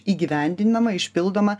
įgyvendinama išpildoma